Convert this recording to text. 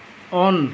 on